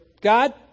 God